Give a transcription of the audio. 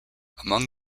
among